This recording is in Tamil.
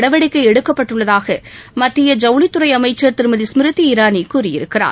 நடவடிக்கை எடுக்கப்பட்டுள்ளதாக மக்கிய ஜவுளித்துறை அமைச்சர் திருமதி ஸ்மிருதி இரானி கூறியிருக்கிறார்